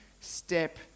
step